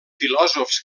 filòsofs